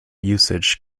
usage